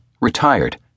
retired